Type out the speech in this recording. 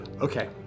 Okay